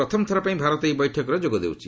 ପ୍ରଥମ ଥରପାଇଁ ଭାରତ ଏହି ବୈଠକରେ ଯୋଗ ଦେଉଛି